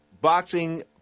boxing